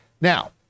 Now